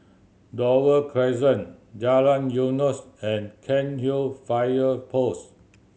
Dover Crescent Jalan Eunos and Cairnhill Fire Post